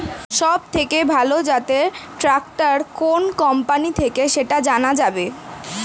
সবথেকে ভালো জাতের ট্রাক্টর কোন কোম্পানি থেকে সেটা জানা যাবে?